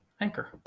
Anchor